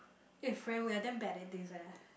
eh friend we are damn bad at this eh